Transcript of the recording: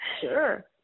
Sure